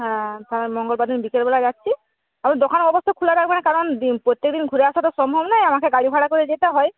হ্যাঁ তাহলে মঙ্গলবার দিন বিকেলবেলা যাচ্ছি আপনি দোকান অবশ্যই খোলা রাখবেন কারণ প্রত্যেকদিন ঘুরে আসা তো সম্ভব নয় আমাকে গাড়ি ভাড়া করে যেতে হয়